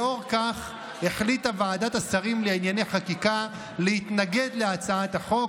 לאור כך החליטה ועדת השרים לענייני חקיקה להתנגד להצעת החוק,